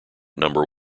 number